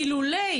אילולא